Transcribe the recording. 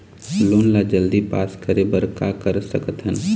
Loan ला जल्दी pass करे बर का कर सकथन?